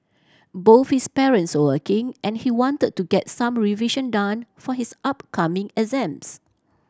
both his parents were working and he wanted to get some revision done for his upcoming exams